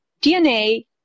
DNA